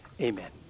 Amen